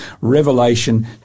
Revelation